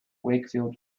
wakefield